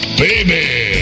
baby